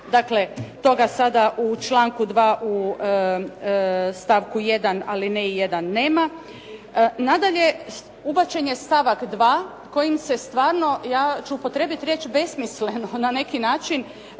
Dakle, toga sada u članku 2. stavku 1. alineji 1. nema. Naime, ubačen je stavak 2. kojim se stvarno ja ću upotrijebiti riječ besmisleno na neki način